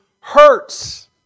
hurts